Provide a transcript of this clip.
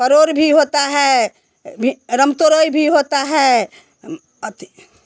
परोर भी होता है रमतरोय भी होता है अति